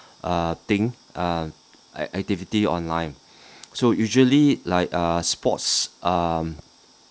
uh thing uh ac~ activity online so usually like uh sports um